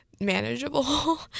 manageable